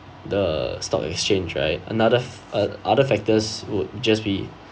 the stock exchange right another f~ uh other factors would just be